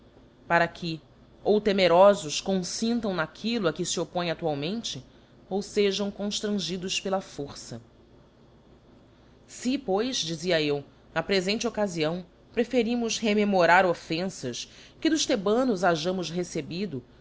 para que ou temerofos confintam naquillo a que fe oppoem adualmente ou fejam conftrangidos pela força se pois dizia eu na prefente occaiiâo preferimos rememorar offenfas que dos thebanos hajamos recebido